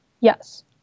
Yes